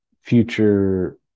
future